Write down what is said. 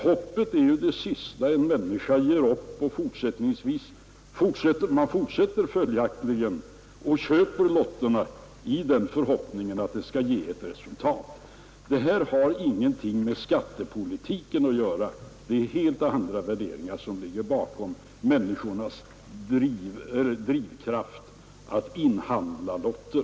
Hoppet är ju det sista en människa ger upp, och man fortsätter följaktligen att köpa lotterna i förhoppningen att det skall ge ett resultat. Detta har ingenting med skattepolitiken att göra — det är helt andra värderingar som är drivkraften till att människorna inhandlar lotter.